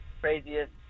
craziest